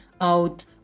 out